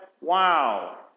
wow